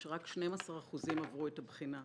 שרק 12% עברו את הבחינה,